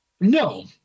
No